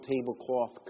tablecloth